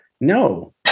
No